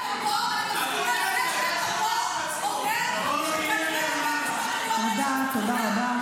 זה שאתה פה, זה אומר שכנראה --- תודה רבה.